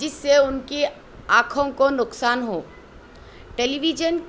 جس سے ان کی آنکھوں کو نقصان ہو ٹیلی ویژن